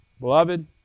Beloved